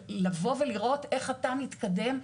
לבוא ולראות איך אתה מתקדם.